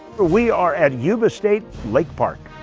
we are at yuba state lake park.